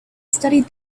studied